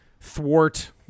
thwart